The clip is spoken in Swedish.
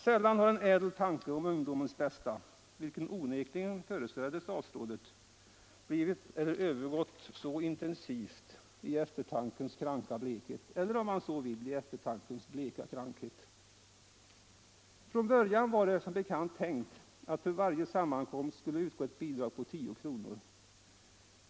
Sällan har en ädel tanke om ungdomens bästa, vilken onekligen föresvävade statsrådet, övergått så intensivt i eftertankens kranka blekhet eller om man så vill i eftertankens bleka krankhet. Från början var det som bekant tänkt att det för varje sammankomst skulle utgå ett bidrag på 10 kr.